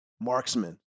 marksman